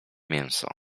mięso